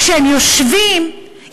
כשהם יושבים,